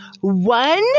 one